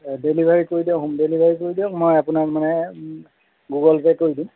delivery কৰি দিয়ক home delivery কৰি দিয়ক মই আপোনাক মানে গুগল পে' কৰি দিম